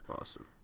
Awesome